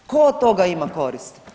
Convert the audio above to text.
Tko od toga ima koristi?